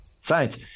science